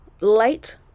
Late